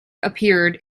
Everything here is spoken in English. appeared